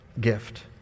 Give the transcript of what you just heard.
gift